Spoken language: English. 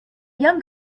young